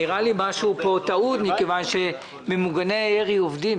זו נראית לי טעות מכיוון שממוגני ירי עובדים.